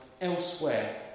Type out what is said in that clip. elsewhere